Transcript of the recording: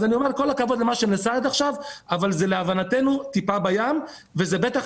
אני אומר כל הכבוד למה שנעשה עד עכשיו אבל להבנתנו זאת טיפה בים וזה בטח